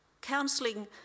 Counselling